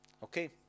Okay